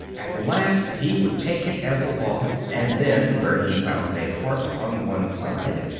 at last he would take it as a law and then, where he found a heart on one side,